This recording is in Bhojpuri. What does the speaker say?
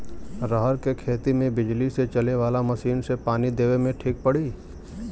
रहर के खेती मे बिजली से चले वाला मसीन से पानी देवे मे ठीक पड़ी?